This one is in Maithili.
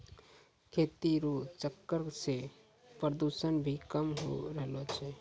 खेती रो चक्कर से प्रदूषण भी कम होय रहलो छै